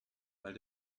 weil